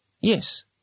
Yes